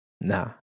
Nah